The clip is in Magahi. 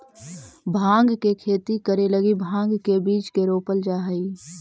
भाँग के खेती करे लगी भाँग के बीज के रोपल जा हई